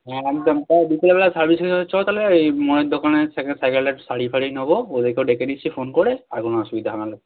তাহলে বিকেলবেলা সার্ভিসিংয়ে চল তাহলে এই দোকানে সাইকেলটা একটু সারিয়ে ফারিয়ে নেবো ওদেরকেও ডেকে নিচ্ছি ফোন করে আর কোনো অসুবিধা হবে না